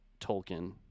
Tolkien